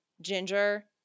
ginger